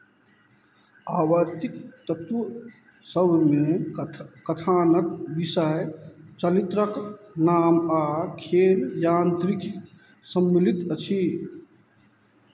आवर्तीक तत्व सभमे कथ कथानक विषय चरित्रक नाम आ खेल यान्त्रिक सम्मिलित अछि